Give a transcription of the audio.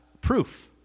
proof